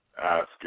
ask